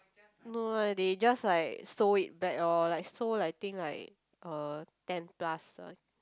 no eh they just like sow it back orh like sow like I think like uh ten plus one